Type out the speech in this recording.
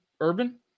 Urban